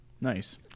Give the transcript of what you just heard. Nice